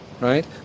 Right